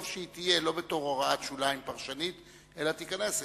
טוב שהיא תהיה לא בתור הוראת שוליים פרשנית אלא תיכנס לתקנון.